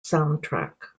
soundtrack